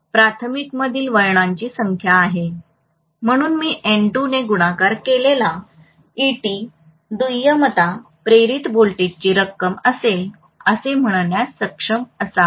N1प्राथमिकमधील वळणाची संख्या आहे म्हणून मी N2 ने गुणाकार केलेला ET दुय्यमात प्रेरित व्होल्टेजची रक्कम असेल असे म्हणण्यास सक्षम असावे